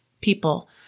people